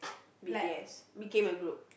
b_t_s became a group